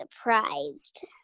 surprised